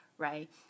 Right